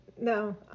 No